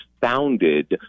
founded